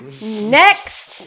Next